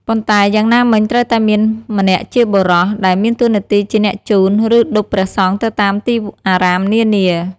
ប៉ុន្តែ យ៉ាងណាមិញត្រូវតែមានម្នាក់ជាបុរស ដែលមានតួនាទីជាអ្នកជូន ឬ ឌុបព្រះសង្ឃទៅតាមទីអារាមនានា។